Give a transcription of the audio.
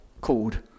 called